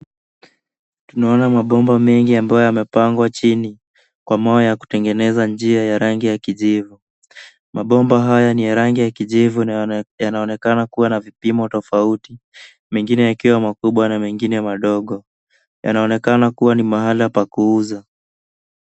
Tunaona mabomba mengi ambayo yamepangwa chini kwa mawe ya kutengeneza njia ya rangi ya kijivu. Mabomba haya ni ya rangi ya kijivu na yanaonekana kuwa na vipimo tofauti mengine yakiwa makubwa na mengine madogo. Yanaonekana kuwa ni mahala pa kuuza.